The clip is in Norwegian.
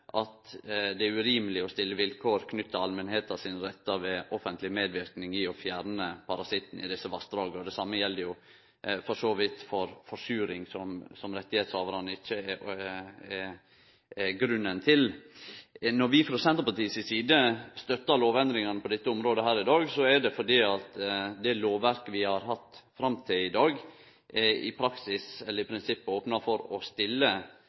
er urimeleg å stille vilkår knytte til allmenta sine rettar ved offentleg medverknad til å fjerne parasitten i desse vassdraga. Det same gjeld for så vidt for forsuring, som rettshavarane ikkje er grunnen til. Når vi frå Senterpartiet si side støttar lovendringane på dette området i dag, er det fordi det lovverket vi har hatt fram til i dag, i prinsippet opnar for å stille vilkår i dei vassdraga der det offentlege bidreg med midlar for å